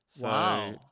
Wow